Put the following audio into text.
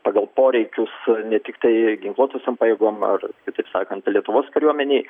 pagal poreikius su ne tiktai ginkluotosiom pajėgom ar kitaip sakant lietuvos kariuomenei